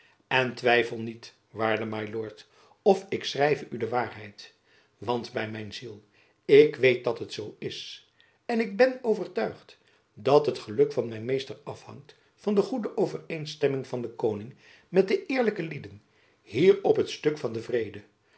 en twijfel niet waarde my lord of ik schrijve u de waarheid want by mijn ziel ik weet dat het zoo is en ik ben overtuigd dat het geluk van mijn meester afhangt van de goede overeenstemming van den koning met de eerlijke lieden hier op het stuk van den vrede